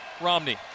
Romney